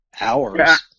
Hours